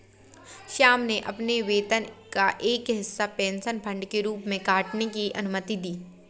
श्याम ने अपने वेतन का एक हिस्सा पेंशन फंड के रूप में काटने की अनुमति दी है